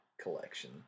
collection